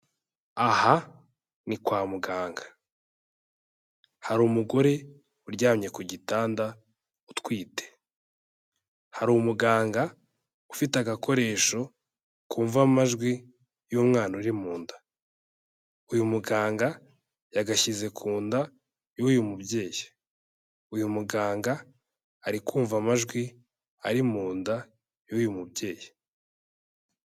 Aha ni kwa muganga, hari umugore uryamye ku gitanda utwite, hari umuganga ufite agakoresho kumva amajwi y'umwana uri mu nda, uyu muganga yagashyize ku nda yuyu mubyeyi, uyu muganga ari kumva amajwi ari mu nda yuyu mubyeyi.